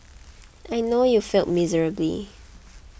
I know you failed miserably